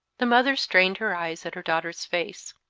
the mother strained her eyes at her daughter's face.